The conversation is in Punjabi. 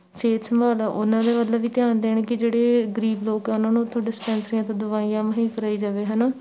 ਸਿਹਤ ਸੰਭਾਲ ਆ ਉਹਨਾਂ ਦੇ ਵੱਲ ਵੀ ਧਿਆਨ ਦੇਣ ਕਿ ਜਿਹੜੇ ਗਰੀਬ ਲੋਕ ਆ ਉਹਨਾਂ ਨੂੰ ਉੱਥੋਂ ਡਿਸਪੈਂਸਰੀਆਂ ਤੋਂ ਦਵਾਈਆਂ ਮੁਹੱਈਆ ਕਰਵਾਈ ਜਾਵੇ ਹੈ ਨਾ